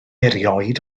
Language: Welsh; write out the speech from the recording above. erioed